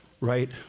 right